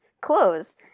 clothes